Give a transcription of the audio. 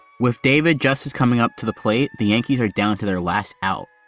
with david justice coming up to the plate, the yankees are down to their last out.